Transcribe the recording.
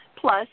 Plus